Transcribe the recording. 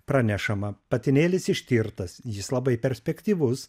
pranešama patinėlis ištirtas jis labai perspektyvus